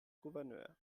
gouverneur